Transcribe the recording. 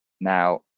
Now